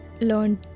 learned